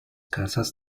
casas